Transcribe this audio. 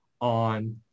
on